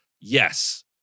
yes